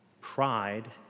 Pride